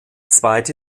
zweite